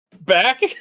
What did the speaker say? back